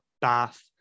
bath